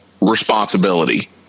responsibility